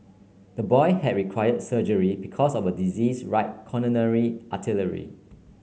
the boy had require surgery because of a disease right coronary artery